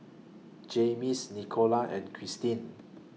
Jaymes Nicola and Christeen